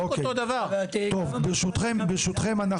ברשותכם,